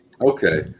Okay